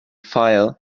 file